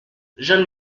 j’en